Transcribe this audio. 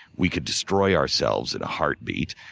we could destroy ourselves in a heartbeat.